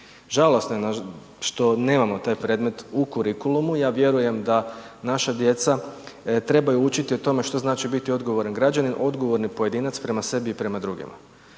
Žalosno je što nemamo taj predmet u kurikulumu, ja vjerujem da naša djeca trebaju učiti o tome što znači biti odgovoran građanin, odgovorni pojedinac prema sebi i prema drugima.